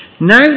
Now